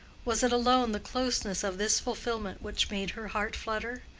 was it alone the closeness of this fulfilment which made her heart flutter?